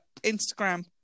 Instagram